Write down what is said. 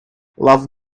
love